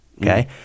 okay